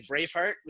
Braveheart